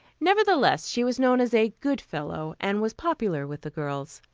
nevertheless, she was known as a good fellow, and was popular with the girls.